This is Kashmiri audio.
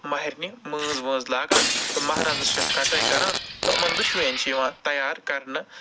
ماہِرِنہِ مٲنٛز وٲنٛز لاگان تہٕ مہرازَس چھِ کَٹٲے کران تہٕ یِمَن دۄشوٕنے چھِ یِوان تیار کرنہٕ